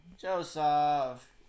Joseph